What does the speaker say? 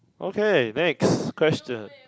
okay next question